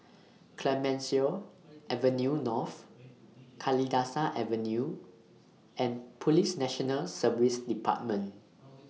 Clemenceau Avenue North Kalidasa Avenue and Police National Service department